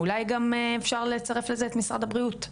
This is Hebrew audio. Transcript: אולי גם אפשר לצרף לזה את משרד הבריאות.